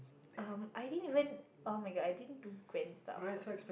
um I didn't even oh-my-god I didn't do grand stuff for